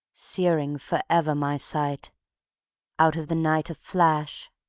searing forever my sight out of the night a flash,